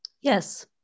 Yes